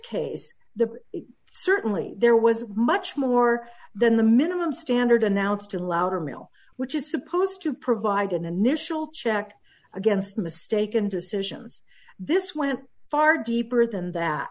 the it certainly there was much more than the minimum standard announced a louder male which is supposed to provide an initial check against mistaken decisions this went far deeper than that